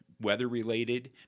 weather-related